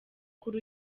kuri